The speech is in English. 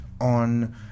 on